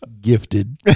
Gifted